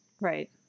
Right